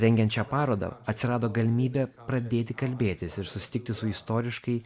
rengiant šią parodą atsirado galimybė pradėti kalbėtis ir susitikti su istoriškai